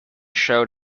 showed